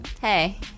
hey